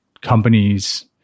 companies